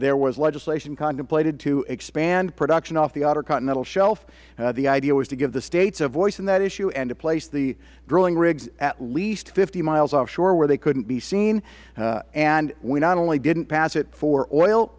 there was legislation contemplated to expand production off the outer continental shelf the idea was to give the states a voice in that issue and to place the drilling rigs at least fifty miles offshore where they couldn't be seen and we not only didn't pass it for oil